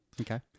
Okay